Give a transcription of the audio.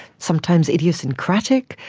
sometimes idiosyncratic,